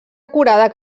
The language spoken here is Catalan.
acurada